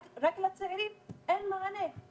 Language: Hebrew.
ורק לצעירים אין מענה.